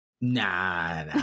Nah